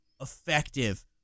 effective